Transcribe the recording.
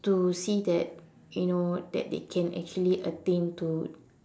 to see that you know that they can actually attain to